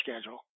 schedule